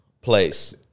place